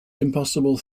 impossible